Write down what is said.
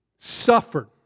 suffered